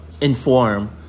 inform